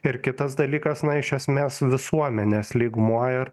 ir kitas dalykas na iš esmės visuomenės lygmuo ir